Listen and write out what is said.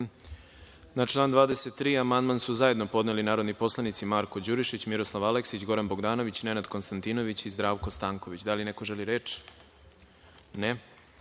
član 23. amandman su zajedno podneli narodni poslanici Marko Đurišić, Miroslav Aleksić, Goran Bogdanović, Nenad Konstantinović i Zdravko Stanković. Da li neko želi reč?